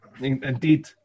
indeed